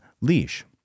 Leash